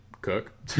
Cook